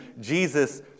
Jesus